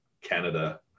Canada